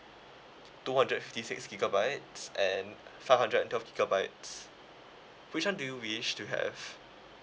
two hundred and fifty six gigabytes and five hundred and twelve gigabytes which one do you wish to have